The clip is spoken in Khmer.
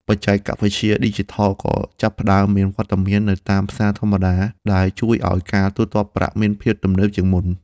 បច្ចេកវិទ្យាឌីជីថលក៏ចាប់ផ្ដើមមានវត្តមាននៅតាមផ្សារធម្មតាដែលជួយឱ្យការទូទាត់ប្រាក់មានភាពទំនើបជាងមុន។